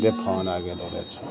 जा फोन आबि गेलै र